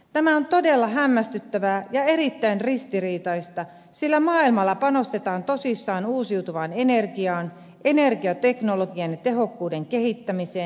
tämä on todella hämmästyttävää ja erittäin ristiriitaista sillä maailmalla panostetaan tosissaan uusiutuvaan energiaan energiateknologian ja tehokkuuden kehittämiseen